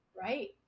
Right